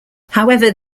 however